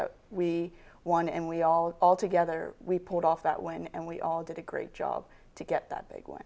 that we won and we all all together we pulled off that way and we all did a great job to get that big one